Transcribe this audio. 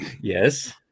Yes